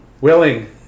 Willing